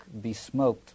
besmoked